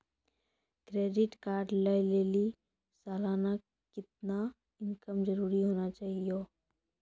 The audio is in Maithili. क्रेडिट कार्ड लय लेली सालाना कितना इनकम जरूरी होना चहियों?